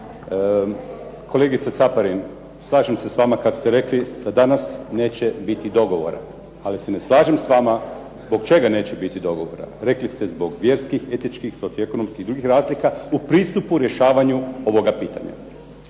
Kolegice Caparin slažem se s vama kad ste rekli da danas neće biti dogovora, ali se ne slaže s vama zbog čega neće biti dogovora. Rekli ste zbog vjerskih, etičkih, socio-ekonomskih i drugih razlika u pristupu rješavanju ovoga pitanja.